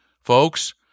folks